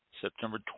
September